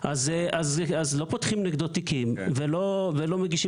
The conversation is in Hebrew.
אז לא פותחים נגדו תיקים ולא מגישים